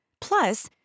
Plus